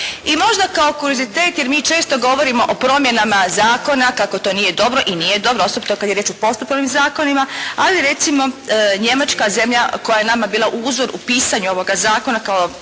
I možda kao kurizitet jer mi često govorimo o promjenama zakona kako to nije dobro i nije dobro osobito kada je riječ o postupovnim zakonima. Ali recimo Njemačka, zemlja koja je nama bila uzor u pisanju ovoga zakona, kao